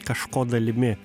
kažko dalimi